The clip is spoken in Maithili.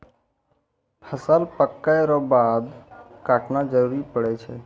फसल पक्कै रो बाद काटना जरुरी पड़ै छै